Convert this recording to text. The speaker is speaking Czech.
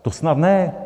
To snad ne.